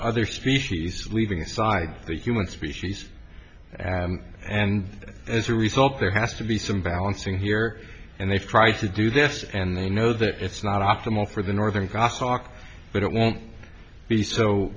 other species leaving aside the human species and as a result there has to be some balancing here and they've tried to do this and they know that it's not optimal for the northern crosstalk but it won't be so